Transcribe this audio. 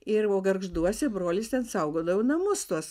ir buvo gargžduose brolis ten saugodavo namus tuos